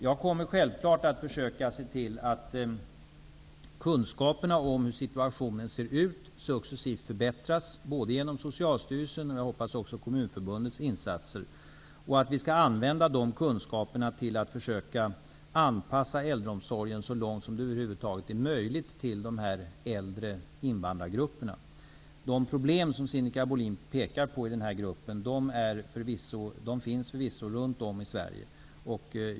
Jag kommer självklart att försöka se till att kunskaperna om hur situationen ser ut successivt förbättras, både genom Socialstyrelsen och förhoppningsvis också genom Kommunförbundets insatser, och till att vi skall använda kunskaperna för att anpassa äldreomsorgen så långt det över huvud taget är möjligt till de äldre invandrargrupperna. De problem som Sinikka Bohlin pekar på finns förvisso runt om i Sverige.